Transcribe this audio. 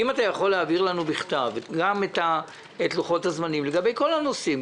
אם תוכל להעביר לנו בכתב גם את לוחות הזמנים לגבי כל הנושאים,